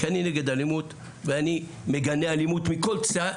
כי אני נגד אלימות, ואני מגנה אלימות מכל צד,